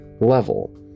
level